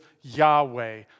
Yahweh